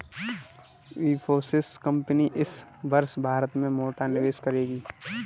Infosys company इस वर्ष भारत में मोटा निवेश करेगी